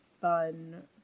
fun